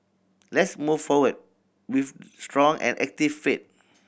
let's move forward with strong and active faith